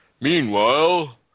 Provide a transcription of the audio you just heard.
Meanwhile